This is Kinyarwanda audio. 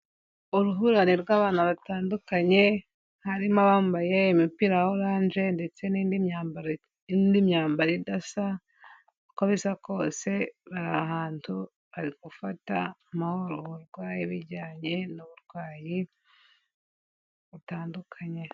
Uruhurirane rw'abana batandukanye, harimo abambaye imipira ya oranje, ndetse n'indi myambaro idasa, uko bisa kose, bari ahantu, bari gufata amahugurwa y'ijyanye n'uburwayi butandukanye.